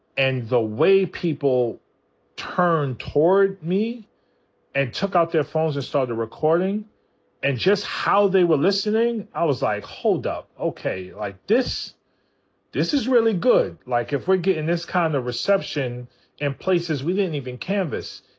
and the way people turned toward me and took out their phones and started recording and just how they were listening, i was like, hold up. okay. like, this this is really good. like, if were gettin' this kind of reception in places we didn't even canvass.